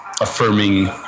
affirming